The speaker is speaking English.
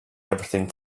everything